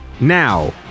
Now